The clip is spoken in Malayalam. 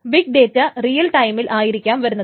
ബിഗ് ഡേറ്റ റിയൽ ടൈമിൽ ആയിരിക്കാം വരുന്നത്